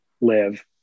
live